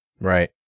Right